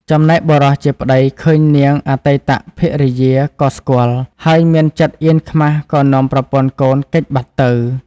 ចំណែកបុរសជាប្តីឃើញនាងអតីតភរិយាក៏ស្គាល់ ហើយមានចិត្តអៀនខ្មាស់ក៏នាំប្រពន្ធកូនគេចបាត់ទៅ។